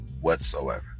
whatsoever